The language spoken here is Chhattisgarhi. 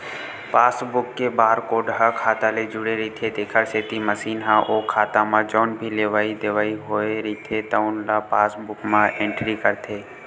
पासबूक के बारकोड ह खाता ले जुड़े रहिथे तेखर सेती मसीन ह ओ खाता म जउन भी लेवइ देवइ होए रहिथे तउन ल पासबूक म एंटरी करथे